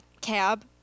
cab